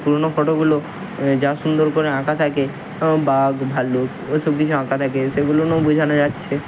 পুরনো ফটোগুলো যা সুন্দর করে আঁকা থাকে বাঘ ভাল্লুক ওসব কিছু আঁকা থাকে সেগুলো বোঝানো যাচ্ছে